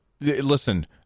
Listen